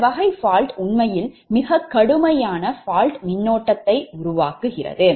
இந்த வகை fault உண்மையில் மிகக் கடுமையான fault மின்னோட்டத்தை உருவாக்கலாம்